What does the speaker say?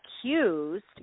accused